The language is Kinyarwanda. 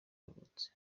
yavutse